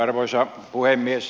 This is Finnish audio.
arvoisa puhemies